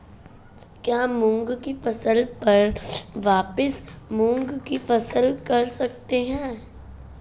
क्या मूंग की फसल पर वापिस मूंग की फसल कर सकते हैं?